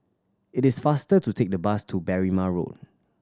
it is faster to take the bus to Berrima Road